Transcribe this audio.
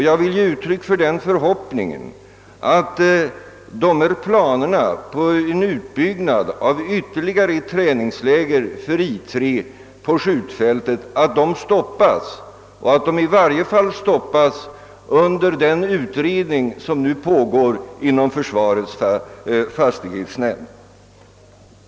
Jag vill ge uttryck för den förhoppningen att planerna på att upprätta ytterligare ett träningsläger för I 3 på skjutfältet stoppas, i varje fall att de stoppas medan utredningen inom försvarets fastighetsnämnd pågår.